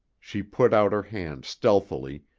she put out her hand stealthily,